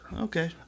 Okay